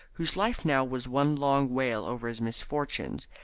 whose life now was one long wail over his misfortunes,